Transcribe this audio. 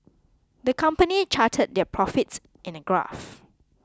the company charted their profits in a graph